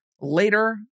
Later